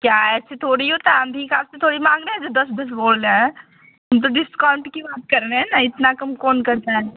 क्या ऐसे थोड़ी होता है अंधी कॉस्ट थोड़ी मांग रहे दस दस बोल रहे हैं हम तो डिस्काउंट की बात कर रहे ना इतना कम कौन करता है